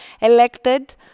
elected